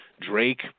Drake